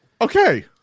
Okay